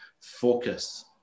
focus